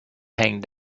hang